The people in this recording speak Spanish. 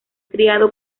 criado